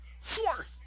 Four